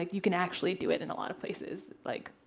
you can actually do it in a lot of places, like